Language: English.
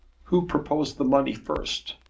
who proposed the money first?